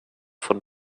von